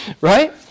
right